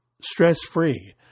stress-free